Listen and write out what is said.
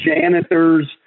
janitors